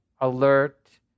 alert